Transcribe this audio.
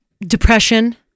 depression